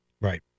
Right